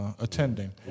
attending